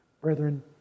Brethren